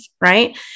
right